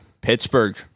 Pittsburgh